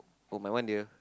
oh my one dear